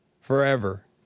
forever